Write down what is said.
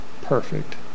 perfect